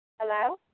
Hello